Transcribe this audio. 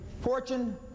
Fortune